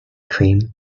cream